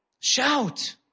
Shout